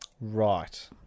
Right